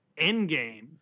Endgame